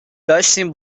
داشتین